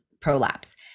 prolapse